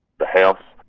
the house,